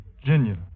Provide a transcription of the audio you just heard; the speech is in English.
Virginia